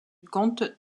comte